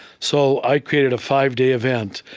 so i created a five-day event.